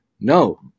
No